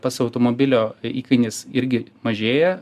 pats automobilio įkainis irgi mažėja